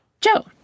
Joe